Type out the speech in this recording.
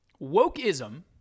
Wokeism